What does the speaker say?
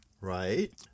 right